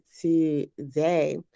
today